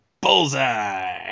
Bullseye